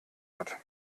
hat